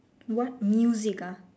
what music ah